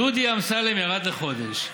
דודי אמסלם ירד לחודש,